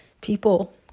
people